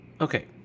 Okay